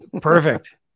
Perfect